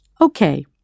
Okay